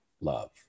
love